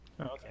okay